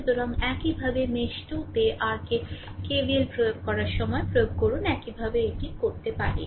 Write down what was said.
সুতরাং একইভাবে মেশ 2 তে আর কে KVL প্রয়োগ করার সময় প্রয়োগ করুন একইভাবে এটি করতে পারে